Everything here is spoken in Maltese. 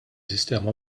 sistema